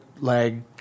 leg